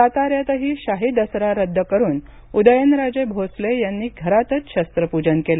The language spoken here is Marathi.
साताऱ्यातही शाही दसरा रद्द करून उदयनराजे भोसले यांनी घरातच शस्त्रपूजन केलं